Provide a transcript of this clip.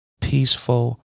peaceful